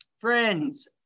Friends